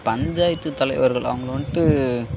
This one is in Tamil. பஞ்சாயத்துத் தலைவர்கள் அவங்க வந்துட்டு